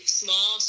small